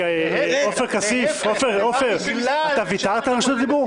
עופר כסיף, אתה ויתרת על רשות דיבור?